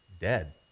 dead